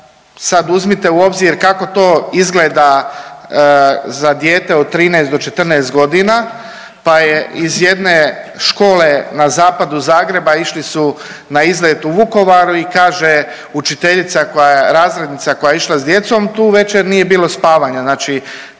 Sad uzmite u obzir kako to izgleda za dijete od 13 do 14 godina, pa je iz jedne škole na zapadu Zagreba išli su na izlet u Vukovar i kaže učiteljica, razrednica koja je išla sa djecom tu večer nije bilo spavanja. Znači